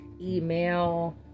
email